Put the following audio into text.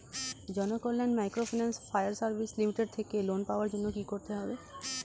Janakalyan microfinance fire service limited থেকে loan পাওয়ার জন্য কি করতে হবে?